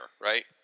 right